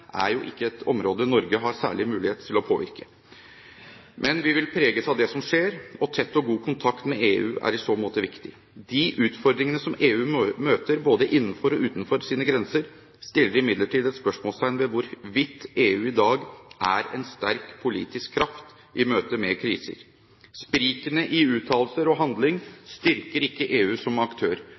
ikke et område Norge har særlig mulighet til å påvirke. Men vi vil preges av det som skjer, og tett og god kontakt med EU er i så måte viktig. De utfordringene som EU møter både innenfor og utenfor sine grenser, setter imidlertid et spørsmålstegn ved hvorvidt EU i dag er en sterk politisk kraft i møte med kriser. Sprikene i uttalelser og handling styrker ikke EU som aktør.